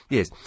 Yes